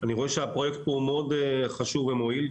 אני רואה שהפרויקט פה הוא מאוד חשוב ומועיל,